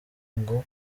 ngo